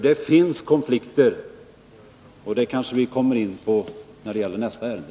Det finns konflikter, och det kanske vi kommer in på när det gäller nästa ärende.